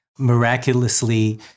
Miraculously